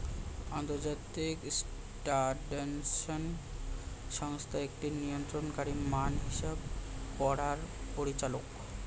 আন্তর্জাতিক স্ট্যান্ডার্ডাইজেশন সংস্থা একটি নিয়ন্ত্রণকারী মান হিসেব করার পরিচালক